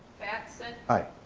batson. i.